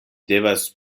devas